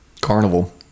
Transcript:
Carnival